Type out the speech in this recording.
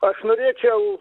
aš norėčiau